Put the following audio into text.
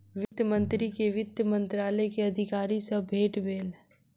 वित्त मंत्री के वित्त मंत्रालय के अधिकारी सॅ भेट भेल